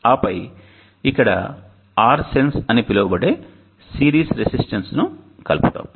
ఆపై ఇక్కడ RSENSE అని పిలువబడే సిరీస్ రెసిస్టెన్స్ను కలుపుతాము